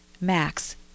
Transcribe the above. Max